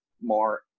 more